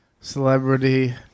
celebrity